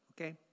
Okay